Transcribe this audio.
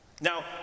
Now